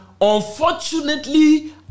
unfortunately